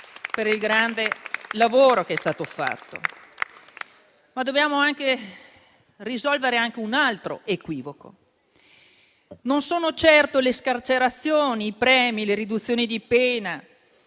per il grande lavoro che è stato fatto. Ma dobbiamo risolvere anche un altro equivoco. Non sono certo le scarcerazioni, i premi, le riduzioni di pena,